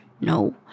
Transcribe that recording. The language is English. No